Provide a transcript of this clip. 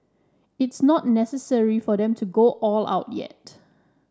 it's not necessary for them to go all out yet